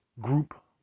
group